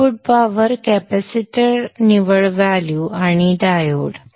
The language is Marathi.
आउटपुट पॉवर कॅपेसिटर निवड व्हॅल्यू आणि डायोड